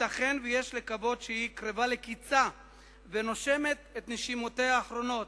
ייתכן ויש לקוות שהיא קרבה לקצה ונושמת את נשימותיה האחרונות.